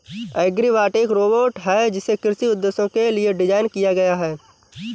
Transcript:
agribot एक robot है जिसे कृषि उद्देश्यों के लिए डिज़ाइन किया गया है